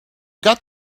got